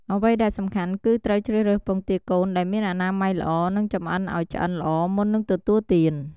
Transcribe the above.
អ្វីដែលសំខាន់ គឺត្រូវជ្រើសរើសពងទាកូនដែលមានអនាម័យល្អ និងចម្អិនឱ្យឆ្អិនល្អមុននឹងទទួលទាន។